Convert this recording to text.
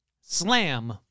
Slam